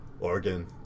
Oregon